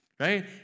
Right